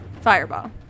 Fireball